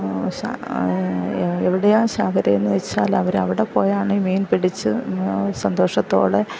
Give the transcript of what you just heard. എവിടെയാണ് ചാകരയെന്ന്ന്ന് വച്ചാൽ അവർ അവിടെ പോയാണ് മീൻ പിടിച്ചു സന്തോഷത്തോടെ